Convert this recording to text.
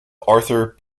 arthur